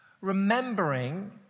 remembering